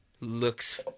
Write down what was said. looks